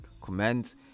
comment